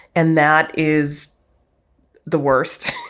and that is the worst